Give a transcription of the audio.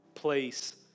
place